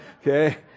Okay